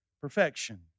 perfection